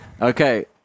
Okay